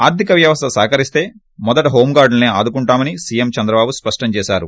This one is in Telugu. ఆర్ధిక వ్వవస్త సహకరిస్త మొదట హోంగార్ధులనే ఆదుకుంటామని సీఎం చెంద్రబాబు స్పష్టం చేశారు